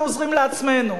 אנחנו עוזרים לעצמנו?